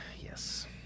yes